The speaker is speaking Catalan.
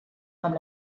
amb